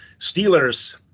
Steelers